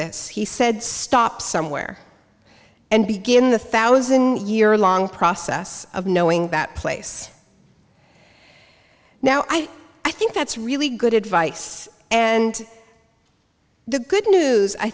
this he said stop somewhere and begin the thousand year long process of knowing that place now i think that's really good advice and the good news i